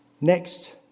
Next